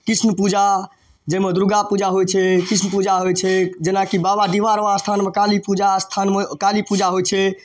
कृष्ण पूजा जाहिमे दुर्गा पूजा होइ छै कृष्ण पूजा होइ छै जेनाकि बाबा डिहवार अस्थानमे काली पूजा अस्थानमे काली पूजा होइ छै